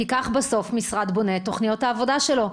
כי כך בסוף משרד בונה את תוכניות העבודה שלו.